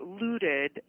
looted